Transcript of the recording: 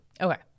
Okay